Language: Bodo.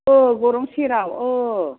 औ गौरां सेराव औ